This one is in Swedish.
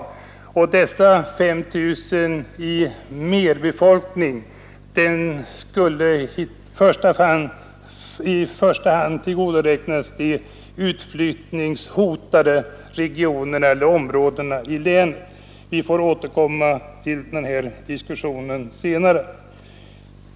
Dessa 5 000 i merbefolkning skulle i första hand tillgodoräknas de utflyttningshotade områdena i länet. Vi får senare återkomma till denna diskussion.